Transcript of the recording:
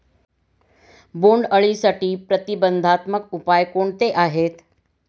बोंडअळीसाठी प्रतिबंधात्मक उपाय कोणते आहेत?